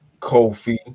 Kofi